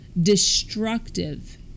destructive